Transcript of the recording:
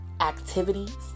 activities